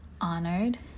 honored